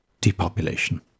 depopulation